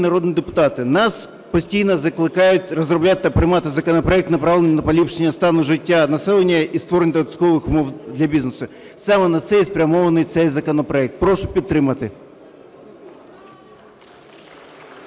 народні депутати, нас постійно закликають розробляти та приймати законопроекти, направлені на поліпшення стану життя населення і створення додаткових умов для бізнесу. Саме на це і спрямований цей законопроект. Прошу підтримати.